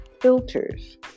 filters